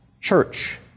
church